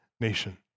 nation